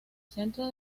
centro